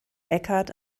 eckhart